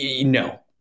No